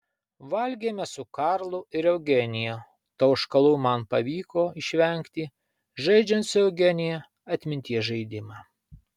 valgėme su karlu ir eugenija tauškalų man pavyko išvengti žaidžiant su eugenija atminties žaidimą